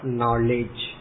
knowledge